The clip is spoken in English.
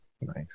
Nice